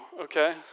okay